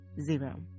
zero